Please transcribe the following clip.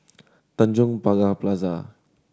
Tanjong Pagar Plaza